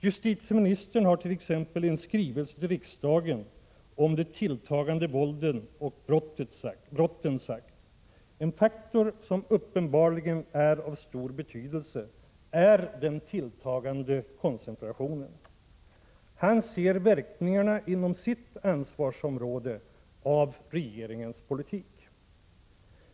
Justitieministern har t.ex. i en skrivelse till riksdagen om det tilltagande våldet och brotten sagt: ”En faktor som uppenbarligen är av stor betydelse är den tilltagande koncentrationen.” Han ser verkningarna inom sitt ansvarsområde av regeringens politik.